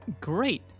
Great